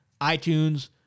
iTunes